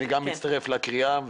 גם אני מצטרף לקריאה,